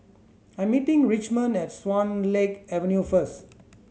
I'm meeting Richmond at Swan Lake Avenue first